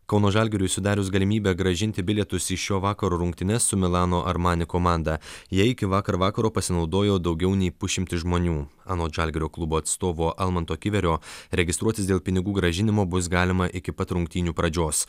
kauno žalgiriui sudarius galimybę grąžinti bilietus į šio vakaro rungtynes su milano armani komanda ja iki vakar vakaro pasinaudojo daugiau nei pusšimtis žmonių anot žalgirio klubo atstovo almanto kiverio registruotis dėl pinigų grąžinimo bus galima iki pat rungtynių pradžios